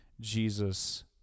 Jesus